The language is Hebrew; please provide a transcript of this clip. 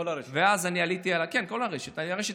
כל הרשת.